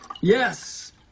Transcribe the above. yes